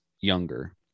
younger